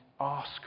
ask